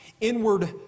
inward